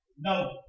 No